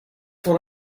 what